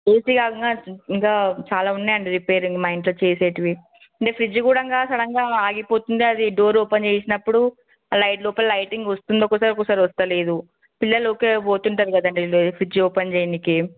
AC కాకుండా ఇంకా చాలా ఉన్నాయి అండి రిపేరింగ్ మా ఇంట్లో చేసేవి అంటే ఫ్రిజ్జు కూడానూ సడన్గా ఆగిపోతుంది అది డోరు ఓపెన్ చేసినప్పుడూ ఆ లైట్ లోపల లైటింగ్ వస్తుంది ఒక్కోసారి ఒక్కోసారి వస్తలేదూ పిల్లలు ఊరికే పోతుంటారు కదండీ వీళ్ళే ఫ్రిజ్జు ఓపెన్ చేయడానికి